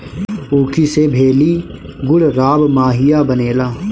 ऊखी से भेली, गुड़, राब, माहिया बनेला